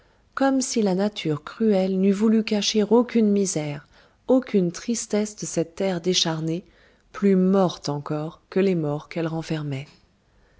comme si la nature cruelle n'eût voulu cacher aucune misère aucune tristesse de cette terre décharnée plus morte encore que les morts qu'elle renfermait